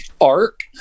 arc